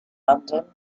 london